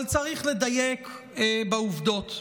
אבל צריך לדייק בעובדות.